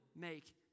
make